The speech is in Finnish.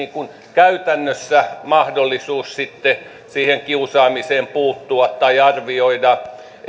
käytännössä mahdollisuus sitten siihen kiusaamiseen puuttua tai sitä arvioida